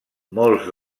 molts